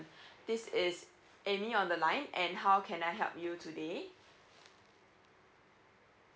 this is amy on the line and how can I help you today